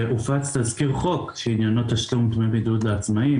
הופץ תזכיר חוק שעניינו תשלום דמי בידוד לעצמאים.